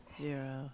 zero